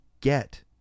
get